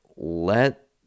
Let